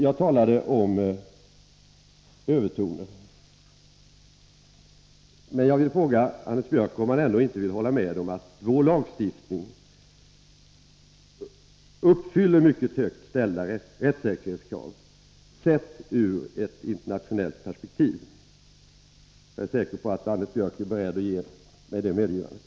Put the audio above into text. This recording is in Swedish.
Jag talade om övertoner, men jag vill fråga Anders Björck om han ändå inte håller med om att vår lagstiftning uppfyller mycket högt ställda rättssäkerhetskrav, sett i ett internationellt perspektiv. Jag är säker på att Anders Björck är beredd att göra det medgivandet.